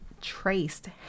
traced